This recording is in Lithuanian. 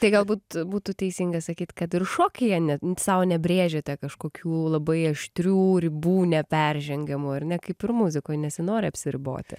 tai galbūt būtų teisinga sakyt kad ir šokyje ne sau nebrėžiate kažkokių labai aštrių ribų neperžengiamų ar ne kaip ir muzikoj nesinori apsiriboti